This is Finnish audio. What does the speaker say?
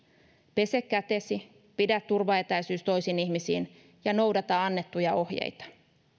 pese kätesi pidä turvaetäisyys toisiin ihmisiin ja noudata annettuja ohjeita